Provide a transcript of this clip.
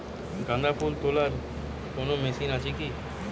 গাঁদাফুল তোলার কোন মেশিন কি আছে?